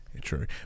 True